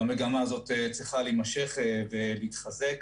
והמגמה הזאת צריכה להימשך ולהתחזק.